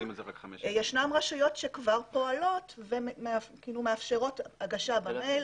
יש רשויות שכבר פועלות ומאפשרת הגשה במייל,